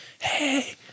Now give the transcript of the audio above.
hey